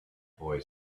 boy